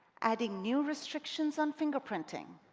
adding new restrictions on fingerprinting.